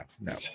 No